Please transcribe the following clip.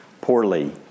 poorly